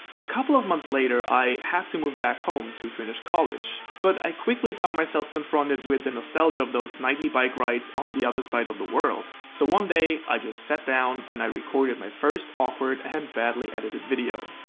a couple of months later, i had to move back home to finish college. but i quickly found myself confronted with the nostalgia of those nightly bike rights on the other side of the world. so, one day just sat down and recorded my first awkward and badly edited video.